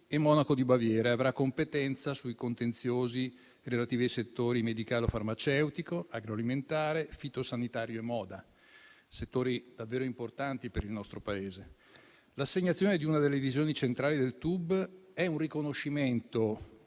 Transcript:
e Monaco di Baviera e avrà competenza sui contenziosi relativi ai settori medicale-farmaceutico, agroalimentare, fitosanitario e moda, settori davvero importanti per il nostro Paese. L'assegnazione di una delle divisioni centrali del TUB è un riconoscimento